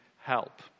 help